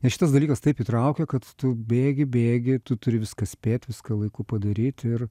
nes šitas dalykas taip įtraukia kad tu bėgi bėgi tu turi viską spėt viską laiku padaryt ir